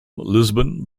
lisbon